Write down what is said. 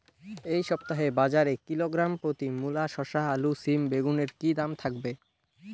এই সপ্তাহে বাজারে কিলোগ্রাম প্রতি মূলা শসা আলু সিম বেগুনের কী দাম থাকবে?